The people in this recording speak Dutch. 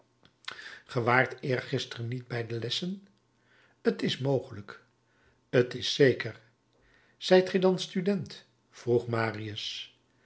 waart eergisteren niet bij de lessen t is mogelijk t is zeker zijt gij dan student vroeg marius